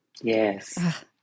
Yes